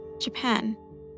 Japan